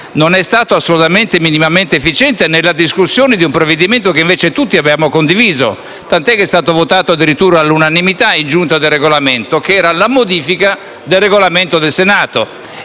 non è stato minimamente efficiente nella discussione di un provvedimento che invece tutti avevamo condiviso, tant'è che è stato votato addirittura all'unanimità in Giunta per il Regolamento; mi riferisco alla modifica del Regolamento del Senato.